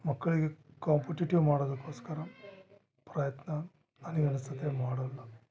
ಮಕ್ಕಳಿಗೆ ಕಾಂಪಿಟಿಟಿವ್ ಮಾಡೋದಕ್ಕೋಸ್ಕರ ಪ್ರಯತ್ನ ನನಗೆ ಅನಿಸ್ತದೆ ಮಾಡೋಲ್ಲ